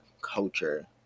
culture